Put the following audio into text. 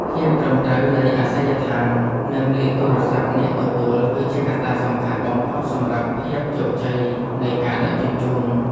ភាពត្រឹមត្រូវនៃអាសយដ្ឋាន និងលេខទូរស័ព្ទអ្នកទទួល គឺជាកត្តាសំខាន់បំផុតសម្រាប់ភាពជោគជ័យនៃការដឹកជញ្ជូន។